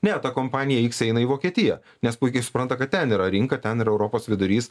ne ta kompanija iks eina į vokietiją nes puikiai supranta kad ten yra rinka ten yra europos vidurys